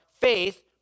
faith